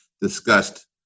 discussed